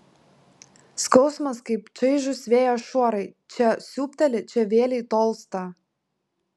skausmas kaip čaižūs vėjo šuorai čia siūbteli čia vėlei tolsta